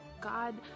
God